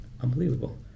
unbelievable